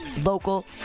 local